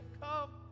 come